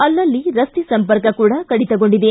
ಅಲ್ಲಲ್ಲಿ ರಸ್ತೆ ಸಂಪರ್ಕ ಕೂಡ ಕಡಿತಗೊಂಡಿದೆ